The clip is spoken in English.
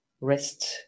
rest